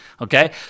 okay